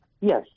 Yes